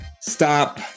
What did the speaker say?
stop